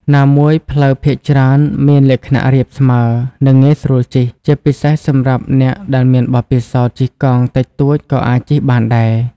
ណាមួយផ្លូវភាគច្រើនមានលក្ខណៈរាបស្មើ និងងាយស្រួលជិះ ជាពិសេសសម្រាប់អ្នកដែលមានបទពិសោធន៍ជិះកង់តិចតួចក៏អាចជិះបានដែរ។